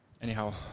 Anyhow